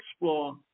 explore